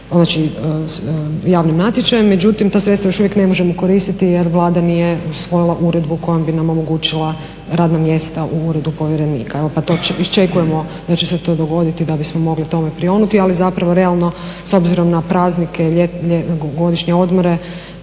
znači javnim natječajem. Međutim, ta sredstva još uvijek ne možemo koristiti jer Vlada nije usvojila uredbu kojom bi nam omogućila radna mjesta u uredu povjerenika. Evo pa to iščekujemo da će se to dogoditi da bismo mogli tome prionuti. Ali zapravo realno s obzirom na praznike ljetne, godišnje odmore